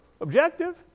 objective